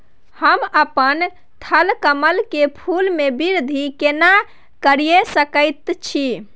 हम अपन थलकमल के फूल के वृद्धि केना करिये सकेत छी?